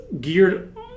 geared